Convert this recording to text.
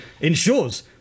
ensures